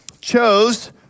chose